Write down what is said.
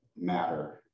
matter